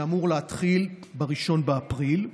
שאמור להתחיל ב-1 באפריל.